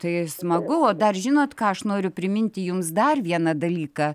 tai smagu o dar žinot ką aš noriu priminti jums dar vieną dalyką